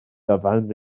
dyfan